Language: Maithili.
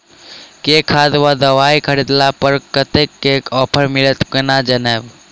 केँ खाद वा दवाई खरीदला पर कतेक केँ ऑफर मिलत केना जानब?